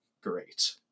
great